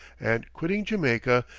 and quitting jamaica,